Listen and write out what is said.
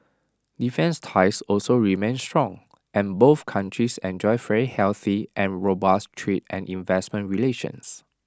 defence ties also remain strong and both countries enjoy very healthy and robust trade and investment relations